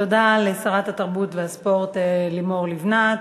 תודה לשרת התרבות והספורט לימור לבנת.